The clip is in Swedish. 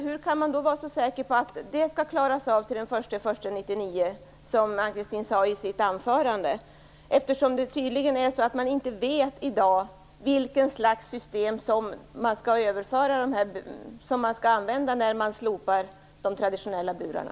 Hur kan man vara så säker på att det skall klaras av till den 1 januari 1999, som Ann-Kristine Johansson sade i sitt anförande, eftersom man i dag tydligen inte vet vilket slags system som man skall använda när man slopar de traditionella burarna.